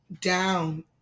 down